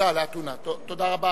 תודה רבה.